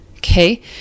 okay